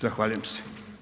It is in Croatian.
Zahvaljujem se.